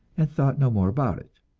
and thought no more about it.